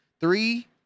Three